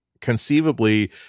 conceivably